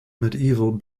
medieval